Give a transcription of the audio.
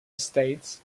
estates